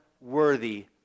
worthy